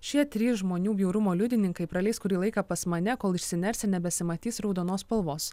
šie trys žmonių bjaurumo liudininkai praleis kurį laiką pas mane kol išsiners ir nebesimatys raudonos spalvos